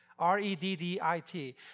R-E-D-D-I-T